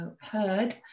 heard